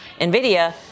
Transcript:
NVIDIA